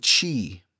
Chi